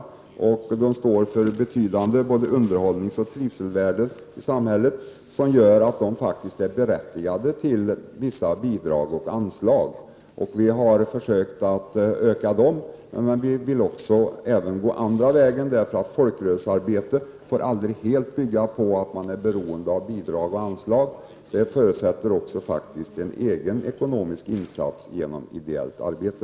Folkrörelserna står för betydande både underhållningsoch trivselvärden i samhället, som gör att de faktiskt är berättigade till vissa bidrag och anslag. Vi har försökt öka dem, men vi vill också gå den andra vägen. Folkrörelsearbete får nämligen aldrig bygga helt på att man är beroende av bidrag och anslag; det förutsätter också en egen ekonomisk insats genom ideellt arbete.